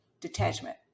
detachment